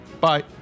Bye